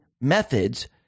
methods